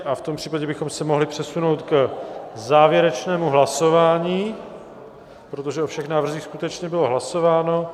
V tom případě bychom se mohli přesunout k závěrečnému hlasování, protože o všech návrzích skutečně bylo hlasováno.